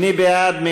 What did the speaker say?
מי בעד?